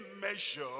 measure